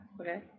Okay